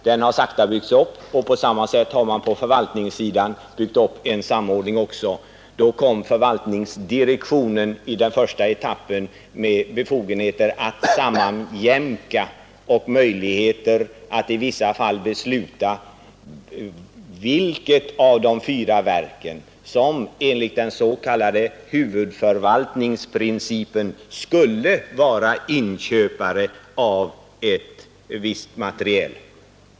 Den har sakta byggts upp, och på samma sätt har man på förvaltningssidan byggt upp en samordning. I den första etappen bildades förvaltningsdirektionen med befogenheter att sammanjämka och med möjligheter att i vissa fall besluta vilket av de fyra verken som, enligt den s.k. huvudförvaltningsprincipen, skulle vara inköpare av ett visst materiel.